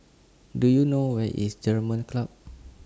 Do YOU know Where IS German Club